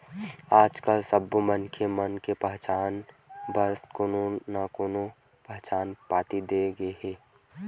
आजकाल सब्बो मनखे ल पहचान बर कोनो न कोनो पहचान पाती दे गे हे